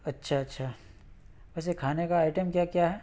اچھا اچھا ویسے کھانے کا آئٹم کیا کیا ہے